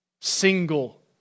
Single